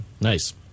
Nice